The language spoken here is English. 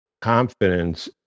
confidence